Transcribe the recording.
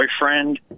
boyfriend